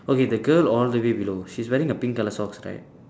okay the girl all the way below she's wearing a pink colour socks right